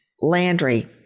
Landry